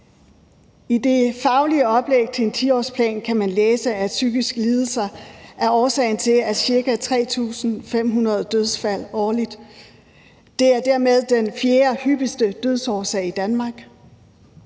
I det faglige oplæg til en 10-årsplan kan man læse, at psykiske lidelser er årsagen til ca. 3.500 dødsfald årligt. Det er dermed den fjerde hyppigste dødsårsag i Danmark.